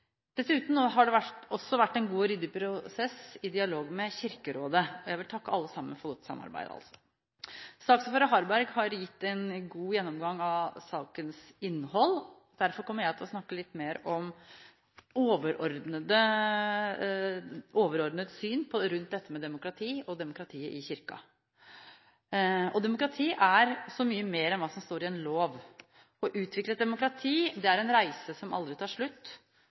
Dessuten har det vært en god og ryddig prosess og dialog med Kirkerådet, så jeg vil takke alle sammen for godt samarbeid. Saksordfører Harberg har gitt en god gjennomgang av sakens innhold. Derfor kommer jeg til å snakke litt mer overordnet om dette med demokrati og demokratiet i Kirken. Demokrati er så mye mer enn hva som står i en lov. Å utvikle et demokrati er en reise som aldri tar slutt.